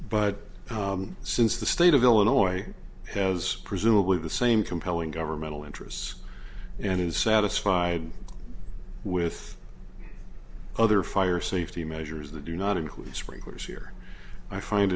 t since the state of illinois has presumably the same compelling governmental interests and is satisfied with other fire safety measures the do not include sprinklers here i find